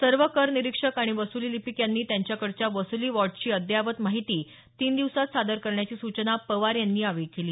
सर्व कर निरीक्षक आणि वसुली लिपीक यांनी त्यांच्याकडच्या वसुली वार्डची अद्यावत माहिती तीन दिवसांत सादर करण्याची सूचना पवार यांनी यावेळी केली